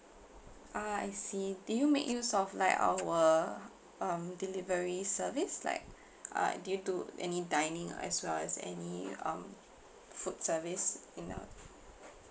ah I see did you make use of like our um delivery service like uh did you do any dining as well as any um food service in uh